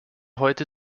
heute